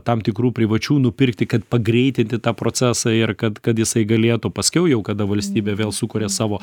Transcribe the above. tam tikrų privačių nupirkti kad pagreitinti tą procesą ir kad kad jisai galėtų paskiau jau kada valstybė vėl sukuria savo